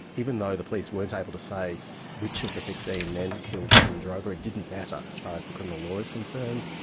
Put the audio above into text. even though the police weren't able to say which of the fifteen men killed kim drover, it didn't matter as far as the criminal law is concerned,